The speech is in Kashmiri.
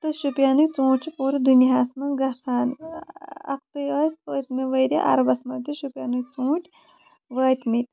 تہٕ شُپینٕکۍ ژوٗنٹھۍ چھِ پوٗرٕ دُنیاہَس منٛز گژھان اَکھتُے ٲسۍ پٔتمہِ ؤریہِ اَربَس منز تہِ شُپینٕکۍ ژوٗنٹھۍ وٲتۍ مٕتۍ